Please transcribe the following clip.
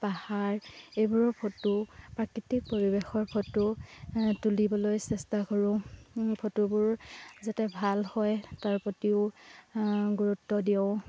পাহাৰ এইবোৰৰ ফটো প্ৰাকৃতিক পৰিৱেশৰ ফটো তুলিবলৈ চেষ্টা কৰোঁ ফটোবোৰ যাতে ভাল হয় তাৰ প্ৰতিও গুৰুত্ব দিওঁ